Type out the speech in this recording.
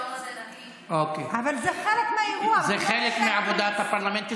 אבל זה חלק מהאירוע, זה חלק מעבודת הפרלמנט.